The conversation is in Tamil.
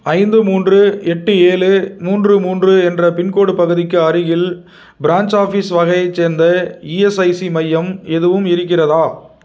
ஐந்து மூன்று எட்டு ஏழு மூன்று மூன்று என்ற பின்கோடு பகுதிக்கு அருகில் ப்ரான்ச் ஆஃபீஸ் வகையைச் சேர்ந்த இஎஸ்ஐசி மையம் எதுவும் இருக்கிறதா